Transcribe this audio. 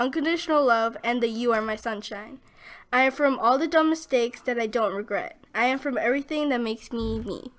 unconditional love and the you are my sunshine i have from all the dumb mistakes that i don't regret i am from everything that makes me